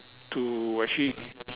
to actually